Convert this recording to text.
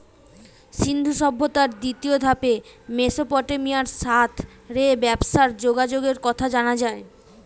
সিন্ধু সভ্যতার দ্বিতীয় ধাপে মেসোপটেমিয়ার সাথ রে ব্যবসার যোগাযোগের কথা জানা যায়